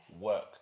Work